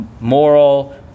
moral